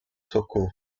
socorro